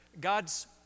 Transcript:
God's